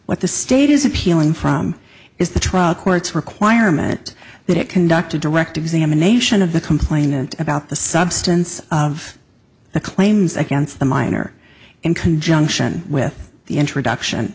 what the state is appealing from is the trial court's requirement that it conduct a direct examination of the complainant about the substance of the claims against the minor in conjunction with the introduction